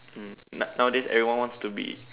um now nowadays everyone wants to be